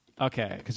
Okay